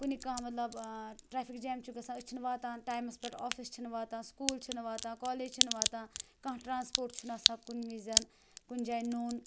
کُنہِ کانٛہہ مطلب ٹرٛیفِک جام چھُ گژھان أسۍ چھِنہٕ واتان ٹایمَس پٮ۪ٹھ آفِس چھِنہٕ واتان سُکوٗل چھِنہٕ واتان کالج چھِنہٕ واتان کانٛہہ ٹرٛانَسپوٹ چھُنہٕ آسان کُنہِ وِزٮ۪ن کُنہِ جایہِ نوٚن